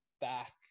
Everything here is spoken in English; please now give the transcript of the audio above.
back